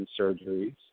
surgeries